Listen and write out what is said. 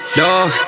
dog